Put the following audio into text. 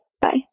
Bye